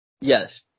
Yes